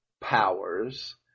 powers